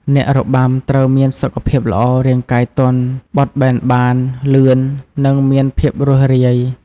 អ្នករបាំត្រូវមានសុខភាពល្អ រាងកាយទន់ បត់បែនបាន លឿន និងមានភាពរួសរាយ។